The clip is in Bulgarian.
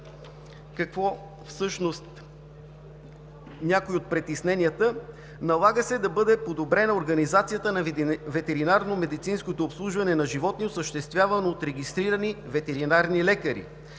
какви всъщност са и някои от притесненията: „Налага се да бъде подобрена организацията на ветеринарномедицинското обслужване на животни, осъществявано от регистрирани ветеринарни лекари,